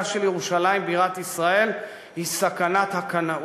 של ירושלים בירת ישראל היא סכנת הקנאות,